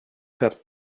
her